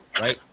right